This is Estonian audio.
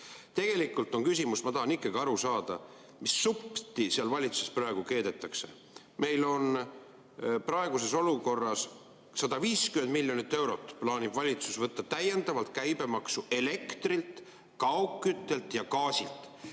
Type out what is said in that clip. Tegelikult on küsimus [selles], ma tahan ikkagi aru saada, mis suppi seal valitsuses praegu keedetakse. Meil on praeguses olukorras 150 miljonit eurot, mida valitsus plaanib võtta täiendavalt käibemaksuna elektrilt, kaugküttelt ja gaasilt.